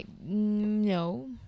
No